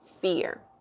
fear